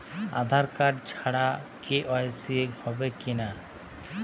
আধার card ছাড়া KYC হবে কিনা?